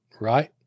right